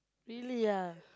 really ah